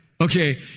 Okay